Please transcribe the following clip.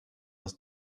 aus